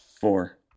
Four